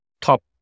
top